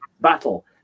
battle